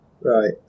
right